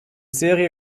serie